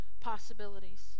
possibilities